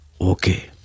Okay